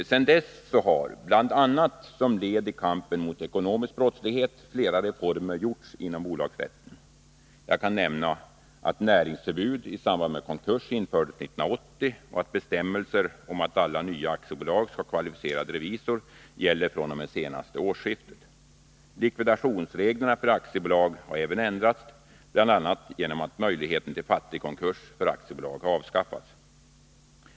Sedan dess har, bl.a. som led i kampen mot ekonomisk brottslighet, flera reformer gjorts inom bolagsrätten. Jag kan nämna att näringsförbud i samband med konkurs infördes 1980 och att bestämmelser om att alla nya aktiebolag skall ha kvalificerad revisor gäller fr.o.m. senaste årsskiftet. Likvidationsreglerna för aktiebolag har även ändrats, bl.a. genom att möjligheten till fattigkonkurs för aktiebolag har avskaffats.